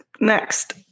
Next